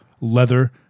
leather